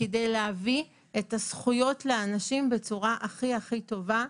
כדי להביא לאנשים את הזכויות בצורה הכי טובה.